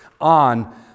on